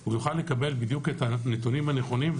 - הוא יוכל לקבל בדיוק את הנתונים הנכונים,